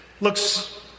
looks